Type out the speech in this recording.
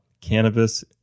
cannabis